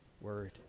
word